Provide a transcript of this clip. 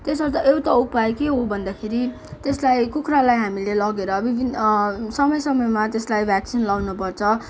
त्यसर्थ एउटा उपाय के हो भन्दाखेरि त्यसलाई कुखुरालाई हामीले लगेर विभिन्न समय समयमा त्यसलाई भ्याक्सिन लाउनु पर्छ